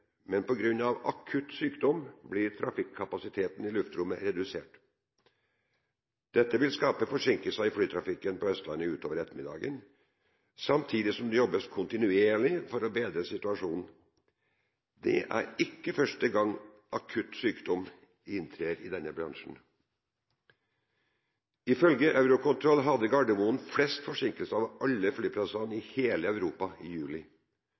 men på grunn av akutt sykdom blir trafikkapasiteten i luftrommet redusert. Dette vil skape forsinkelser i flytrafikken på Østlandet utover ettermiddagen, samtidig som det jobbes kontinuerlig for å bedre situasjonen. Det er ikke første gang akutt sykdom inntreffer i denne bransjen. Ifølge Eurocontrol hadde Gardermoen flest forsinkelser av alle flyplassene i hele Europa i juli,